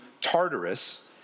Tartarus